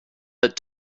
but